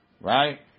right